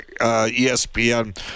ESPN